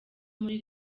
muri